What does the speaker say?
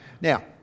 Now